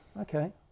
okay